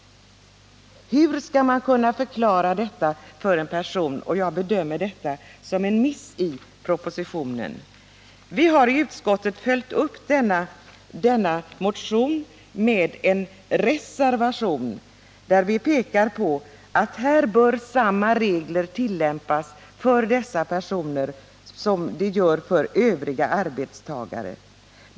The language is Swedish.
Hur skall man kunna förklara detta för en person i den situationen? Jag bedömer det här som en miss i propositionen. Vi har i utskottet följt upp motionen med en reservation, där vi pekar på att samma regler bör tillämpas för dessa personer som för övriga arbetstagare.